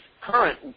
current